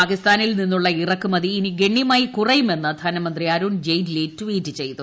പാകിസ്ഥാനിൽ നിന്നുള്ള ഇറക്കുമതി ഇനി ഗണ്യമായി കുറയുമെന്ന് ധനമന്ത്രി അരുൺ ജയ്റ്റ്ലി ട്വീറ്റ് ചെയ്തു